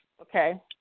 Okay